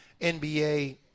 NBA